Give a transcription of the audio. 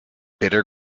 bitter